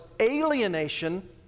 alienation